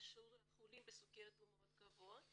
החולים בסוכרת מאוד גבוה.